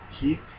keep